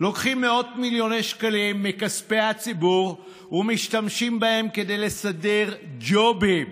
לוקחים מאות מיליוני שקלים מכספי הציבור ומשתמשים בהם כדי לסדר ג'ובים